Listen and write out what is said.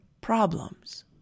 problems